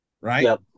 Right